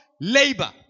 labor